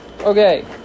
Okay